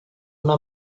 una